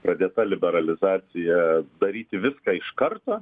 pradėta liberalizacija daryti viską iš karto